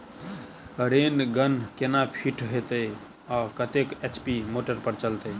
Rain gun केना fit हेतइ आ कतेक एच.पी मोटर पर चलतै?